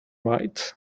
lights